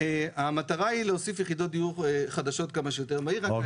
המטרה היא להוסיף יחידות דיור חדשות כמה שיותר מהר,